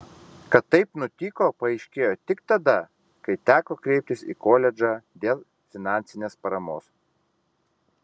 kad taip nutiko paaiškėjo tik tada kai teko kreiptis į koledžą dėl finansinės paramos